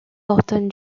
orton